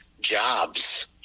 jobs